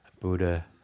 Buddha